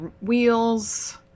wheels